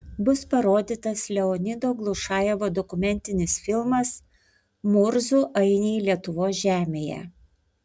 bus parodytas leonido glušajevo dokumentinis filmas murzų ainiai lietuvos žemėje